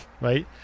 right